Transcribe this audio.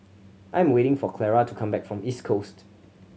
I am waiting for Clara to come back from East Coast